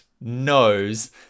knows